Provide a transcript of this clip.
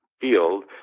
field